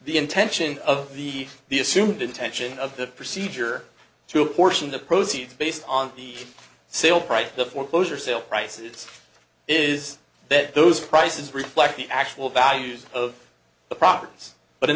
the intention of the the assumed intention of the procedure to apportion the proceeds based on the sale price the foreclosure sale price it is that those prices reflect the actual values of the properties but in